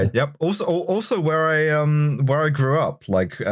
ah yup. also also where i um where i grew up, like,